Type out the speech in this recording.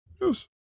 Yes